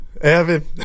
Evan